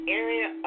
area